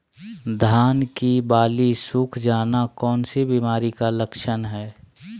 धान की बाली सुख जाना कौन सी बीमारी का लक्षण है?